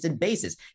basis